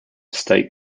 state